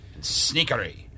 Sneakery